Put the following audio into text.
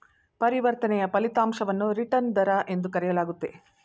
ಪರಿವರ್ತನೆಯ ಫಲಿತಾಂಶವನ್ನು ರಿಟರ್ನ್ ದರ ಎಂದು ಕರೆಯಲಾಗುತ್ತೆ